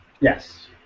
Yes